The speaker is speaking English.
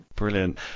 Brilliant